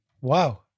Wow